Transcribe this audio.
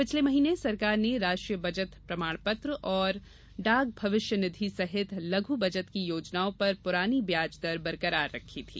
पिछले महीने सरकार ने राष्ट्रीय बचत प्रमाणपत्र और डाक भविष्य निधि सहित लघु बचत की योजनाओं पर पुरानी व्याज दर बरकरार रखी थी